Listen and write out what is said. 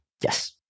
Yes